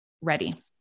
ready